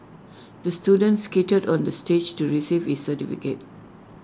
the student skated on the stage to receive his certificate